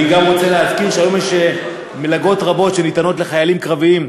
אני גם רוצה להזכיר שהיום יש מלגות רבות שניתנות לחיילים קרביים,